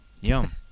Yum